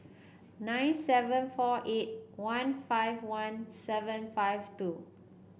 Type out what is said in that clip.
nine seven four eight one five one seven five two